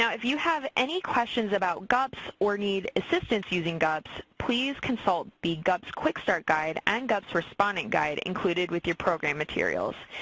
yeah if you have any questions about gups or need assistance using gups, please consult the gups quick start guide and gups respondent guide, included with your program materials.